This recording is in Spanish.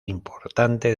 importante